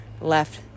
left